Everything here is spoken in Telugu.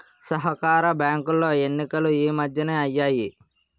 సహకార బ్యాంకులో ఎన్నికలు ఈ మధ్యనే అయ్యాయి